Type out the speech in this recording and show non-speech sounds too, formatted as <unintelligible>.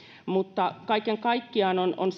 kaiken kaikkiaan on on <unintelligible>